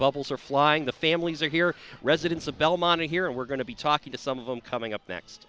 bubbles are flying the families are here residents of belmont are here and we're going to be talking to some of them coming up next